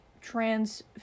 trans-